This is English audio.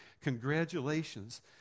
Congratulations